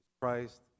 Christ